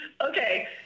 okay –